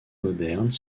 modernes